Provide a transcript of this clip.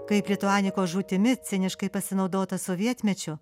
kaip lituanikos žūtimi ciniškai pasinaudota sovietmečiu